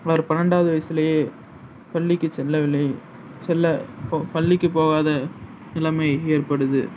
அவர் பன்னெண்டாவது வயசுலேயே பள்ளிக்குச் செல்லவில்லை செல்ல போ பள்ளிக்குப் போகாத நிலைமை ஏற்படுது